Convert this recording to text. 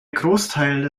großteil